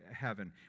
heaven